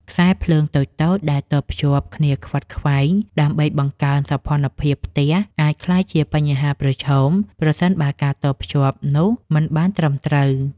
ខ្សែភ្លើងតូចៗដែលតភ្ជាប់គ្នាខ្វាត់ខ្វែងដើម្បីបង្កើនសោភ័ណភាពផ្ទះអាចក្លាយជាបញ្ហាប្រឈមប្រសិនបើការតភ្ជាប់នោះមិនបានត្រឹមត្រូវ។